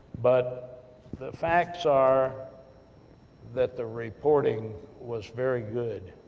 but the facts are that the reporting was very good.